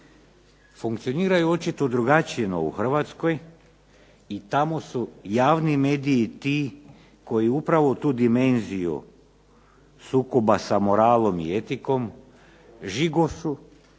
funkcioniraju očito drugačije no u Hrvatskoj i tamo su javni mediji ti koji upravo tu dimenziju sukoba sa moralom i etikom žigošu